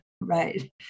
Right